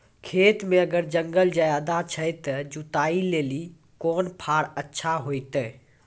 खेत मे अगर जंगल ज्यादा छै ते जुताई लेली कोंन फार अच्छा होइतै?